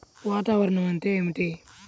వాతావరణం అంటే ఏమిటి?